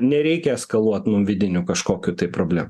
nereikia eskaluot mum vidinių kažkokių tai problemų